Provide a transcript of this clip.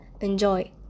enjoy